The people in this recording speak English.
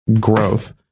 growth